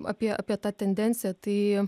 apie apie tą tendenciją tai